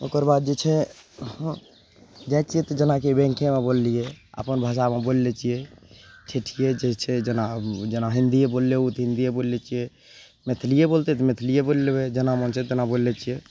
ओकर बाद जे छै हँ जाइ छियै तऽ जेनाकि बैंकेमे बोललियै अपन भाषामे बोलि लै छियै ठेठिये जे छै जेना जेना हिन्दिये बोललहुँ तऽ हिन्दिये बोलि लै छियै मैथिलिये बोलतै तऽ मैथिलिये बोलि लेबय जेना मोन छै तेना बोलि लै छियै